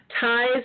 Ties